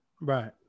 Right